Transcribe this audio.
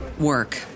work